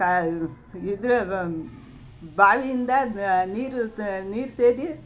ಕಾ ಇದ್ರ ಬಾವಿಯಿಂದ ನೀರು ನೀರು ಸೇದಿ